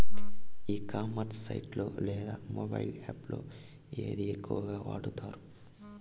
ఈ commerce site లో లేదా మొబైల్ యాప్ లో ఏది ఎక్కువగా వాడుతారు?